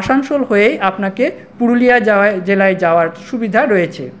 আসানসোল হয়ে আপনাকে পুরুলিয়া যাওয়ায় জেলায় যাওয়ার সুবিধা রয়েছে